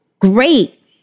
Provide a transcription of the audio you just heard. great